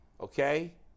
okay